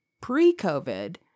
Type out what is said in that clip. pre-covid